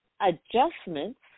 adjustments